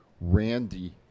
Randy